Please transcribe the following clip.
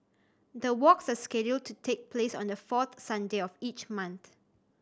the walks are scheduled to take place on the fourth Sunday of each month